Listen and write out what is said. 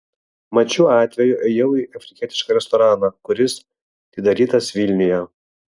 mat šiuo atveju ėjau į afrikietišką restoraną kuris atidarytas vilniuje